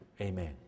Amen